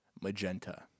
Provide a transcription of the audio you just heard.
magenta